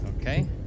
Okay